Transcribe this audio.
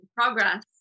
Progress